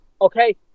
okay